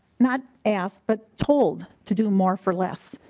not ask but told to do more for less.